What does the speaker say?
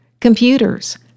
Computers